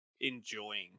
enjoying